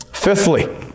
Fifthly